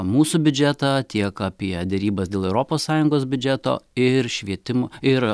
mūsų biudžetą tiek apie derybas dėl europos sąjungos biudžeto ir švietimo ir